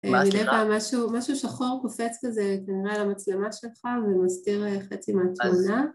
מדי פעם משהו.. משהו שחור קופץ כזה כנראה למצלמה שלך ומסתיר חצי מהתמונה.